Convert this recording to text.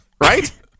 Right